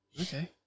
Okay